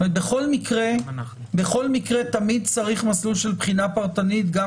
בכל מקרה תמיד צריך מסלול של בחינה פרטנית גם